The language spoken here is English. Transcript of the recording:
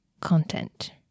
content